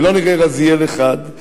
ולא נראה רזיאל אחד,